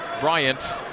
Bryant